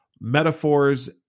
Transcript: metaphors